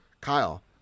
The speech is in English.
kyle